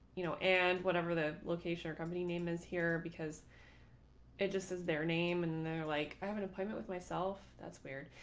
you know, and whatever the location or company name is here, because it just is their name and they're like, i have an appointment with myself. that's weird.